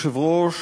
אדוני היושב-ראש,